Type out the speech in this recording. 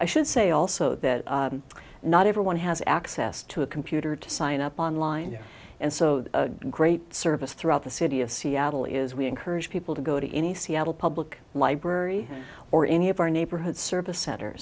i should say also that not everyone has access to a computer to sign up online and so the great service throughout the city of seattle is we encourage people to go to any seattle public library or any of our neighborhood service cent